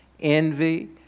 envy